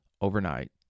overnight